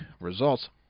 results